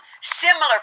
similar